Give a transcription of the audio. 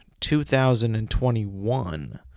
2021